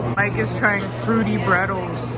mike is trying fruity brettles.